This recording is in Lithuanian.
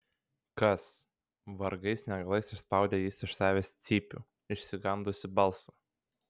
kas vargais negalais išspaudė jis iš savęs cypių išsigandusį balsą